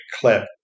clip